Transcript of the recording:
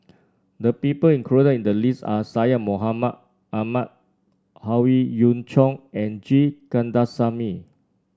the people included in the list are Syed Mohamed Ahmed Howe Yoon Chong and G Kandasamy